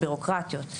בירוקרטיות,